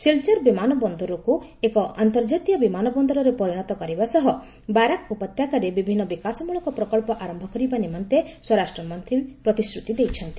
ସିଲଚର ବିମାନ ବନ୍ଦରକୁ ଏକ ଆର୍ନ୍ତଜାତୀୟ ବିମାନ ବନ୍ଦରରେ ପରିଣତ କରିବା ସହ ବାରାକ୍ ଉପତ୍ୟାକାରେ ବିଭିନ୍ନ ବିକାଶମ୍ଭଳକ ପ୍ରକଳ୍ପ ଆରନ୍ଭ କରିବା ନିମନ୍ତେ ରାଷ୍ଟ୍ରମନ୍ତ୍ରୀ ପ୍ରତିଶ୍ରୁତି ଦେଇଛନ୍ତି